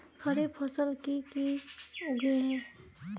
खरीफ फसल की की उगैहे?